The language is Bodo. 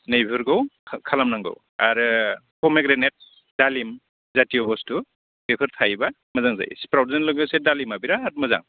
नै बेफोरखौ खालामनांगौ आरो पम'ग्रेनेट दालिम जातिय' बस्तु बेफोर थायोबा मोजां जायो स्प्राउटजों लोगोसे दालिमा बिरात मोजां